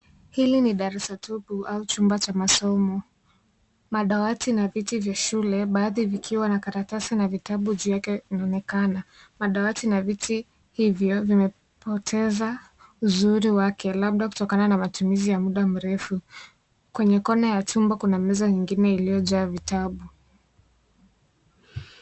Hili ni darasa tupu au chumba cha masomo, madawati na viti vya shule baadhi vikiwa na karatasi na vitabu juu yake inaonekana, madawati na viti hivyo vimepoteza uzuri wake labda kutokana na matumizi ya muda mrefu, kwenye kona ya chumba kuna meza ingine iliojaa vitabu.